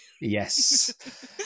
Yes